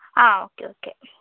ആ okay okay